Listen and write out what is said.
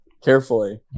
Carefully